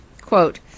Quote